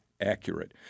accurate